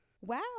Wow